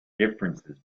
differences